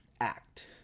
act